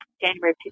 January